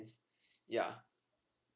ya